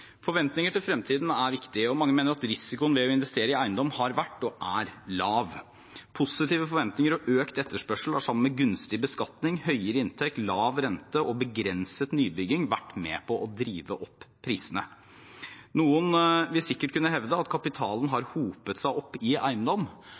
Forventninger til fremtiden er viktig. Mange mener at risikoen ved å investere i eiendom har vært, og er, lav. Positive forventninger og økt etterspørsel har sammen med gunstig beskatning, høyere inntekt, lav rente og begrenset nybygging vært med på å drive opp prisene. Noen vil sikkert kunne hevde at kapitalen har